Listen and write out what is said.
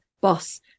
boss